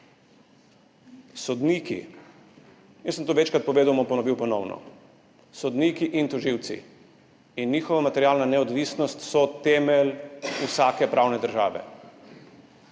začetek, jaz sem to večkrat povedal, bom ponovno ponovil: sodniki in tožilci in njihova materialna neodvisnost so temelj vsake pravne države.